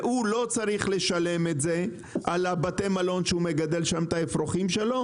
והוא לא צריך לשלם את זה על בתי המלון שהוא מגדל שם את האפרוחים שלו.